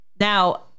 now